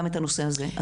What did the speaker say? גם את הנושא הזה.